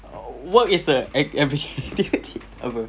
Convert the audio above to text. work is a an activity apa